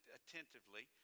attentively